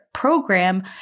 program